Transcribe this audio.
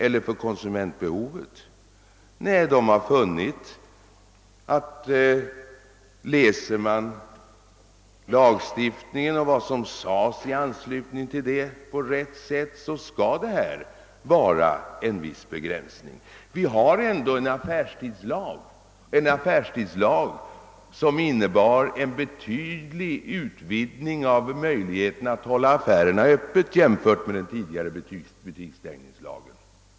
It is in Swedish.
Nej, de har funnit att om man på rätt sätt läser lagstiftningen och vad som sades i anslutning till den, skall det här vara en viss begränsning. Vi har ändå en affärstidslag, som när den kom till innebar en betydlig utvidgning av möjligheterna att hålla affärerna öppna jämfört med den tidigare butikstängningslagen.